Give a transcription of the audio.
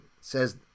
says